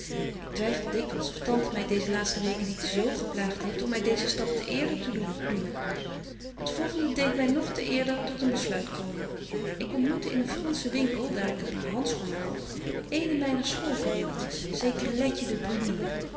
ik twyffel dikwyls of tante my deeze laatste weken niet z geplaagt heeft om my deezen stap te eerder te doen doen het volgende deedt my nog te eerder tot een besluit komen ik ontmoette in een fransche winkel daar ik een paar handschoenen kogt eene myner school vriendinnetjes zekere letje de brunier